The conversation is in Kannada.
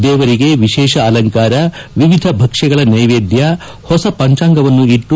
ದೇವರಿಗೆ ವಿಶೇಷ ಅಲಂಕಾರ ವಿವಿಧ ಭಕ್ಷಗಳ ಸೈವೇದ್ಯ ಹೊಸ ಪಂಚಾಂಗವನ್ನು ಇಟ್ಟು